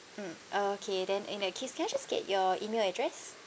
mm okay then in that case can I just get your email address